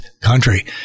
country